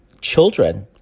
children